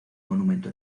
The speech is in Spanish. monumento